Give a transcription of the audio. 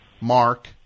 Mark